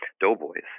doughboys